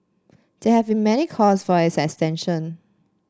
there have been many calls for its extension